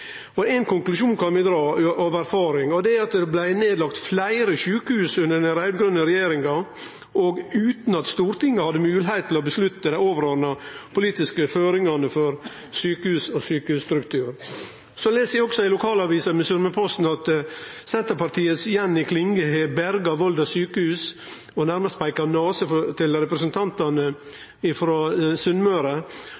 inneber. Ein konklusjon kan vi dra av erfaring, og det er at fleire sjukehus blei lagde ned under den raud-grøne regjeringa, utan at Stortinget hadde moglegheit til å vedta dei overordna politiske føringane for sjukehus og sjukehusstrukturen. Så las eg i lokalavisa mi, Sunnmørsposten, at Senterpartiets Jenny Klinge har berga Volda sjukehus og nærmast peikar nase til representantane